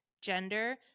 gender